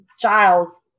Giles